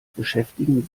beschäftigen